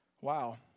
wow